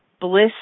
bliss